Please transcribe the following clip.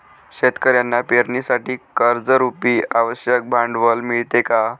शेतकऱ्यांना पेरणीसाठी कर्जरुपी आवश्यक भांडवल मिळते का?